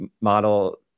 model